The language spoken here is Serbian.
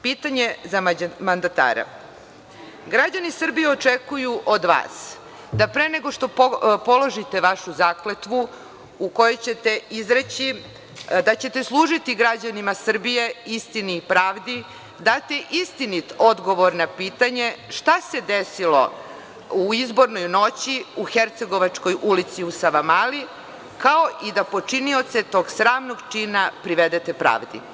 Pitanje za mandatara – građani Srbije očekuju od vas da pre nego što položite vašu zakletvu u kojoj ćete izreći da ćete služiti građanima Srbije istini i pravdi date istinit odgovor na pitanje šta se desilo u izbornoj noći u Hercegovačkoj ulici u Savamali, kao i da počinioce tog sramnog čina privedete pravdi?